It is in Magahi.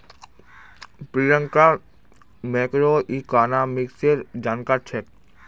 प्रियंका मैक्रोइकॉनॉमिक्सेर जानकार छेक्